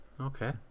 okay